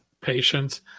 Patients